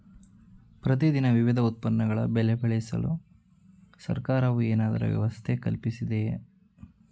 ಪ್ರತಿ ದಿನ ವಿವಿಧ ಉತ್ಪನ್ನಗಳ ಬೆಲೆ ತಿಳಿಯಲು ಸರ್ಕಾರವು ಏನಾದರೂ ವ್ಯವಸ್ಥೆ ಕಲ್ಪಿಸಿದೆಯೇ?